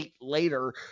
later